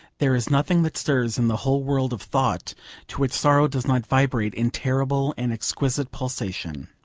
there is nothing that stirs in the whole world of thought to which sorrow does not vibrate in terrible and exquisite pulsation.